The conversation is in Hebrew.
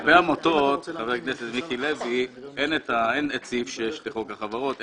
לעמותות אין את סעיף 6 לחוק החברות.